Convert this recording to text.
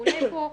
שעולה פה יש,